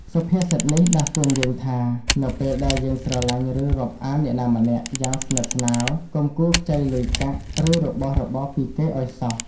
សុភាសិតនេះដាស់តឿនយើងថា នៅពេលដែលយើងស្រឡាញ់ ឬរាប់អានអ្នកណាម្នាក់យ៉ាងស្និទ្ធស្នាល កុំគួរខ្ចីលុយកាក់ ឬរបស់របរពីគេឲ្យសោះ។